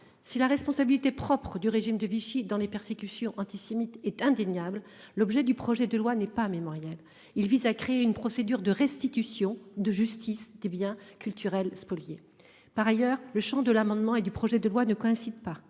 Si la responsabilité propres du régime de Vichy dans les persécutions antisémites est indéniable. L'objet du projet de loi n'est pas. Il vise à créer une procédure de restitution de justice des biens culturels spoliés par ailleurs le Champ de l'amendement et du projet de loi ne coïncide pas